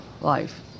life